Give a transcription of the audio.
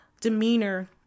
demeanor